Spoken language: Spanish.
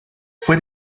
fue